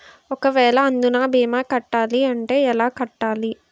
ఒక వేల అందునా భీమా కట్టాలి అంటే ఎలా కట్టాలి?